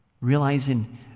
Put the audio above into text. realizing